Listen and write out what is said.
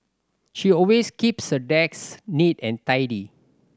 she always keeps her desk neat and tidy